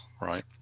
right